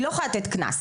היא לא יכולה לתת קנס.